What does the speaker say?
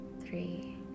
Three